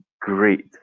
great